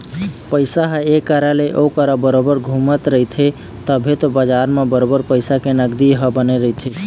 पइसा ह ऐ करा ले ओ करा बरोबर घुमते रहिथे तभे तो बजार म बरोबर पइसा के नगदी ह बने रहिथे